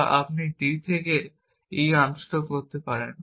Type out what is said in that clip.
বা আপনি d থেকে e আনস্ট্যাক করতে পারেন